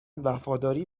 وفاداری